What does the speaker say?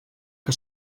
que